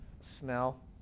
Smell